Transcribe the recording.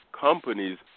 companies